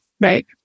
Right